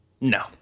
No